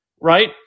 right